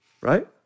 Right